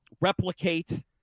replicate